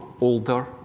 older